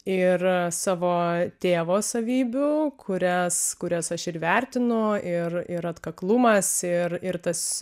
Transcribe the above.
ir savo tėvo savybių kurias kurias aš ir vertinu ir ir atkaklumas ir ir tas